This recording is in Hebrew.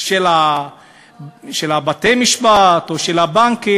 של בתי-המשפט או של הבנקים,